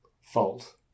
fault